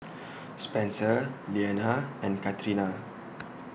Spencer Leanna and Catrina